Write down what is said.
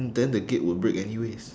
then the gate would break anyways